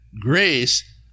grace